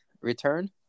return